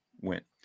went